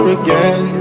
again